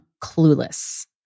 clueless